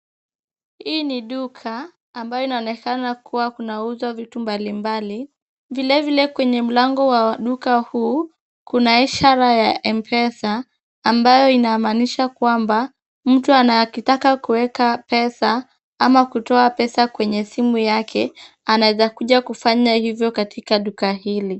Hii ni duka ambayo inaonekana kuwa kunauzwa vitu mbalimbali. Vilevile kwenye mlango wa duka huu kuna ishara ya mpesa, ambayo inamaanisha kwamba, mtu ana akitaka kuweka pesa ama kutoa pesa kwenye simu yake, anaweza kuja kufanya hivo katika duka hili.